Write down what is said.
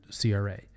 CRA